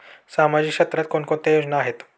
सामाजिक क्षेत्रात कोणकोणत्या योजना आहेत?